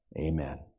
Amen